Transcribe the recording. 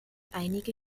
einige